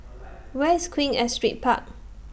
Where IS Queen Astrid Park